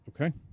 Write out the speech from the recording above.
Okay